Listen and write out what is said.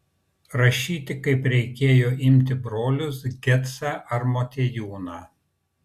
rašyti kaip reikėjo imti brolius gecą ar motiejūną